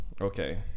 okay